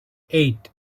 eight